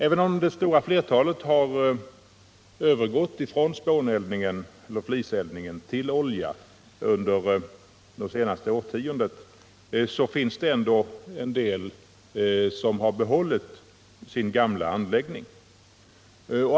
Även om det stora flertalet människor under det senaste årtiondet har övergått från spåneller fliseldning till olja finns det ändå en del som har behållit sina gamla anläggningar.